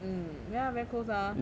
mm ya very close ah